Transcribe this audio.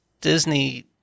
disney